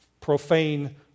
profane